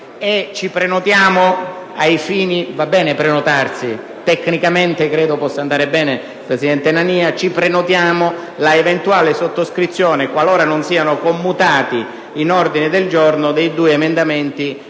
ai fini dell'eventuale sottoscrizione, qualora non siano commutati in ordine del giorno, dei due emendamenti